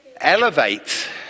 elevate